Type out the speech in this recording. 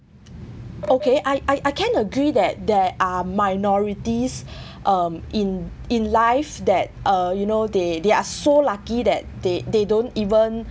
okay I I I can agree that there are minorities um in in life that uh you know they they are so lucky that they they don't even